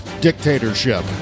dictatorship